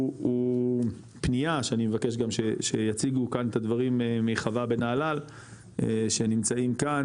הוא פנייה שאני מבקש גם שיציגו כאן את הדברים מחווה בנהלל שנמצאים כאן,